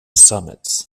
summits